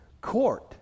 court